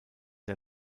der